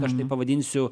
aš tai pavadinsiu